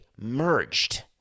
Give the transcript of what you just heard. merged